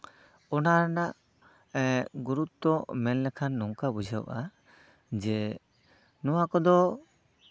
ᱚᱱᱟ ᱨᱮᱱᱟᱜ ᱮᱜ ᱜᱩᱨᱩᱛᱛᱚ ᱢᱮᱱ ᱞᱮᱠᱷᱟᱱ ᱱᱚᱝᱠᱟ ᱵᱩᱡᱷᱟᱹᱜᱼᱟ ᱡᱮ ᱱᱚᱣᱟ ᱠᱚᱫᱚ